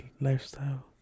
lifestyle